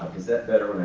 is that better?